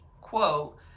quote